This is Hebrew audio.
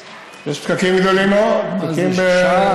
שעה,